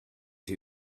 who